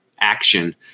action